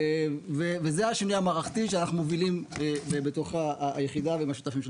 וזה השינוי המערכתי שאנחנו מובילים בתוך היחידה ועם השותפים שלנו.